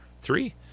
three